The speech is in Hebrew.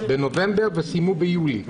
בנובמבר, וסיימו ביולי.